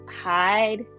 hide